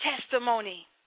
testimony